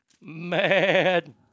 mad